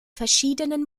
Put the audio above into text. verschiedenen